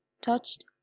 touched